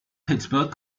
pittsburgh